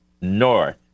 north